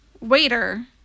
waiter